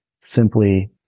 simply